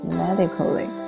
medically